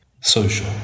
social